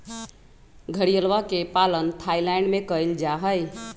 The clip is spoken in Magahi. घड़ियलवा के पालन थाईलैंड में कइल जाहई